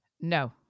No